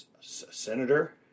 senator